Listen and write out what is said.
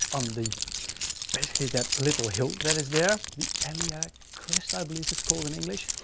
on the basically that little hill that is there. the iliac crest i believe it's called in english.